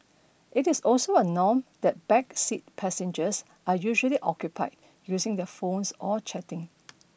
it is also a norm that back seat passengers are usually occupied using their phones or chatting